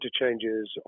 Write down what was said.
interchanges